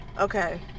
Okay